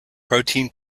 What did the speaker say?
protein